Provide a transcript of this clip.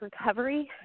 recovery